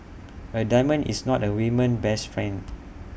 A diamond is not A women's best friend